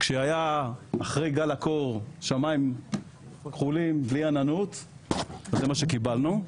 כשהיה אחרי גל הקור שמיים כחולים בלי עננות זה מה שקיבלנו.